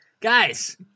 guys